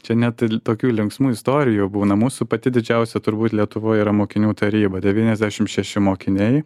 čia net tokių linksmų istorijų būna mūsų pati didžiausia turbūt lietuvoje yra mokinių taryba devyniasdešim šeši mokiniai